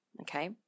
okay